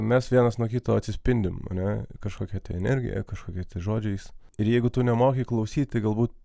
mes vienas nuo kito atsispindim a ne kažkokia energija kažkokiais žodžiais ir jeigu tu nemoki klausyt galbūt